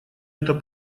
это